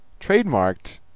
trademarked